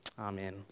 Amen